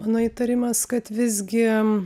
mano įtarimas kad visgi